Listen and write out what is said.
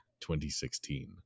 2016